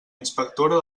inspectora